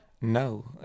No